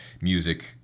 music